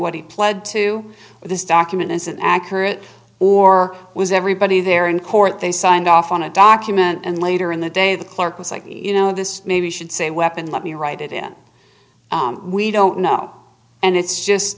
what he pled to this document isn't accurate or was everybody there in court they signed off on a document and later in the day the clerk was like you know this maybe should say weapon let me write it in we don't know and it's just